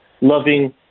loving